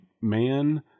man